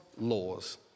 laws